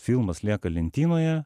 filmas lieka lentynoje